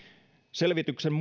selvityksen